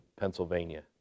Pennsylvania